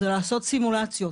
לעשות סימולציות